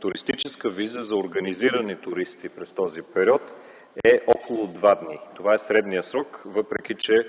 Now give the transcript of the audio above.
туристическа виза за организирани туристи през този период, е около два дни. Това е средният срок, въпреки че